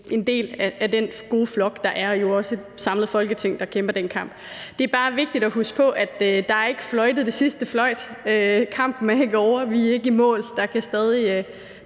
en del af den gode flok. Der er jo også et samlet Folketing, der kæmper den kamp. Det er bare vigtigt at huske på, at der ikke er fløjtet det sidste fløjt, kampen er ikke ovre, vi er ikke i mål, der kan stadig